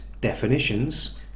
definitions